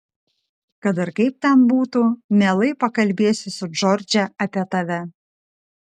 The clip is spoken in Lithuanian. kad ir kaip ten būtų mielai pakalbėsiu su džordže apie tave